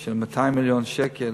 של 200 מיליון שקל,